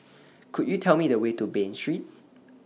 Could YOU Tell Me The Way to Bain Street